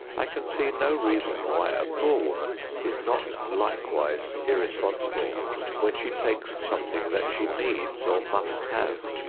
i can see no reason why a poor woman is not likewise irresponsible when she takes something that she needs or must have.